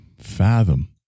fathom